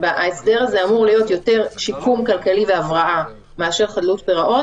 ההסדר הזה אמור להיות יותר שיקום כלכלי והבראה מאשר חדלות פירעון,